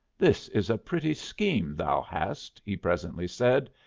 this is a pretty scheme thou hast, he presently said.